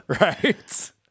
right